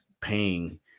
paying